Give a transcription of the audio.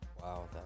Wow